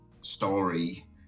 story